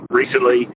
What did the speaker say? recently